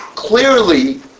Clearly